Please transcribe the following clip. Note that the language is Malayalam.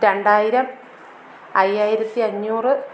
രണ്ടായിരം അയ്യായിരത്തി അഞ്ഞൂറ്